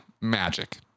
magic